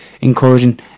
encouraging